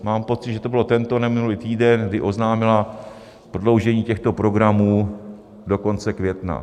Mám pocit, že to bylo tento nebo minulý týden, kdy oznámila prodloužení těchto programů do konce května.